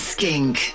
Skink